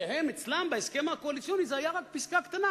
שאצלם בהסכם הקואליציוני זאת היתה רק פסקה קטנה,